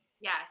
Yes